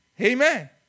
Amen